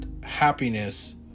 happiness